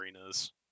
arenas